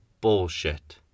bullshit